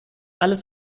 alles